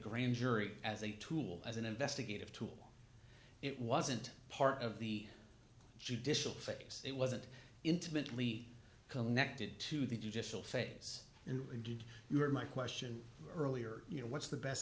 grand jury as a tool as an investigative tool it wasn't part of the judicial face it wasn't intimately connected to the judicial face and indeed your my question earlier you know what's the best